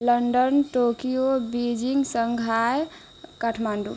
London Tokyo Beijing Shanghai Kathmandu